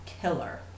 killer